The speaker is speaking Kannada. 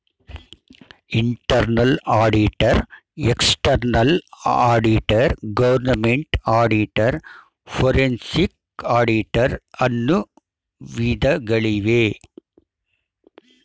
internal auditor, external auditor, government auditor, forensic auditor, ಅನ್ನು ವಿಧಗಳಿವೆ